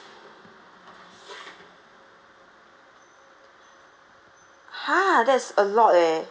!huh! that is a lot eh